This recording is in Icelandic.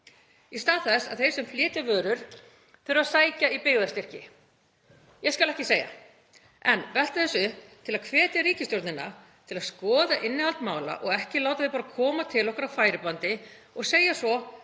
í stað þess að þeir sem flytja vörur þurfi að sækja í byggðastyrki? Ég skal ekki segja en velti þessu upp til að hvetja ríkisstjórnina til að skoða innihald mála og ekki láta þau bara koma til okkar á færibandi og segja svo